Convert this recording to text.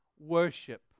worship